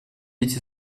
эти